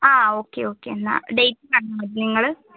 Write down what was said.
ആ okay okay എന്നാൽ date നിങ്ങൾ